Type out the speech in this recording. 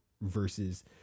versus